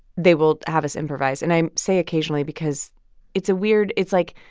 they will have us improvise. and i say occasionally because it's a weird it's, like,